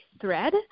thread